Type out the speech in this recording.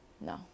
no